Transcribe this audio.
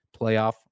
playoff